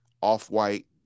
off-white